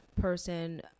person